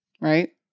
Right